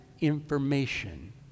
information